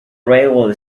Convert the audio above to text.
railway